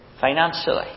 financially